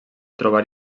trobar